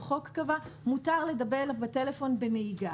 החוק קבע מותר לדבר בטלפון בזמן נהיגה.